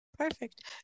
Perfect